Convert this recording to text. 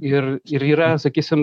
ir ir yra sakysim